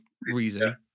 reason